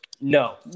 No